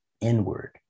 inward